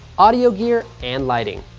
audio gear, and lighting.